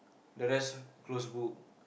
the rest close book